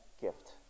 gift